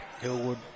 Hillwood